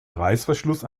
reißverschluss